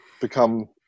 become